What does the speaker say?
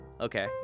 Okay